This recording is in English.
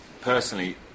personally